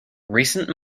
recent